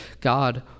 God